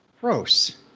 gross